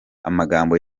amagambo